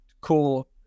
cool